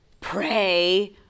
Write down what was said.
Pray